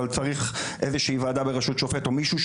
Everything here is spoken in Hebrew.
אבל צריך איזו שהיא ועדה ברשות שופט או מישהו,